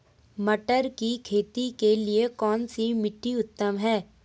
मटर की खेती के लिए कौन सी मिट्टी उत्तम है?